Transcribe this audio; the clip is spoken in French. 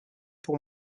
pour